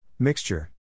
Mixture